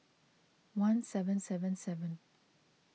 one seven seven seven